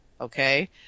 okay